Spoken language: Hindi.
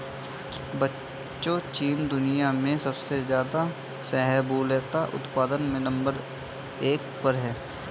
बच्चों चीन दुनिया में सबसे ज्यादा शाहबूलत उत्पादन में नंबर एक पर है